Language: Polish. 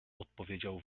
odpowiedział